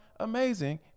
amazing